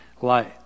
light